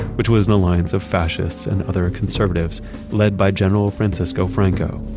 which was an alliance of fascists and other conservatives led by general francisco franco.